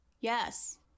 Yes